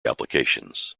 applications